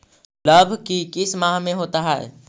लव की किस माह में होता है?